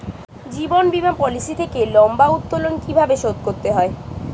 জীবন বীমা পলিসি থেকে লম্বা উত্তোলন কিভাবে শোধ করতে হয়?